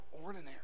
ordinary